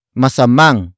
masamang